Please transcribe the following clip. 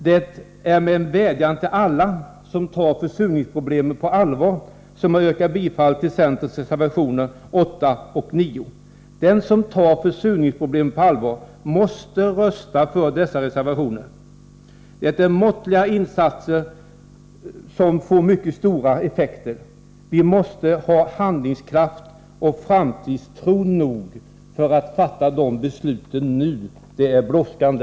Det är med en vädjan till alla som tar försurningsproblemen på allvar som jag nu yrkar bifall till centerns reservationer 8 och 9. Den som tar försurningsproblemen på allvar måste rösta för dessa reservationer. Det är fråga om måttliga insatser som får mycket stora effekter. Vi måste ha handlingskraft och framtidstro nog för att fatta beslut nu. Det är brådskande.